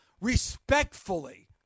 respectfully